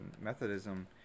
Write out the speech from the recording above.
Methodism